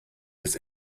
his